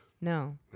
no